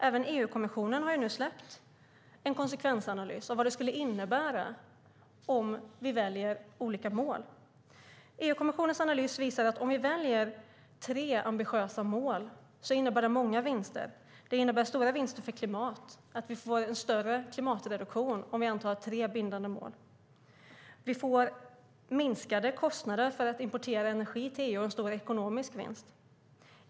Även EU-kommissionen har nu släppt en konsekvensanalys av vad det skulle innebära om vi väljer olika mål. EU-kommissionens analys visar att om vi väljer tre ambitiösa mål innebär det många vinster. Det innebär stora vinster för klimatet - vi får en större klimatreduktion om vi antar tre bindande mål. Vi får minskade kostnader för att importera energi till EU och en stor ekonomisk vinst.